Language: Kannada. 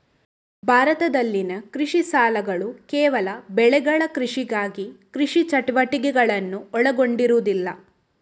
ಭಾರತದಲ್ಲಿನ ಕೃಷಿ ಸಾಲಗಳುಕೇವಲ ಬೆಳೆಗಳ ಕೃಷಿಗಾಗಿ ಕೃಷಿ ಚಟುವಟಿಕೆಗಳನ್ನು ಒಳಗೊಂಡಿರುವುದಿಲ್ಲ